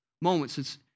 moments